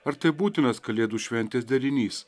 ar tai būtinas kalėdų šventės derinys